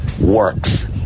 works